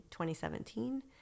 2017